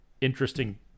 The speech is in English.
interesting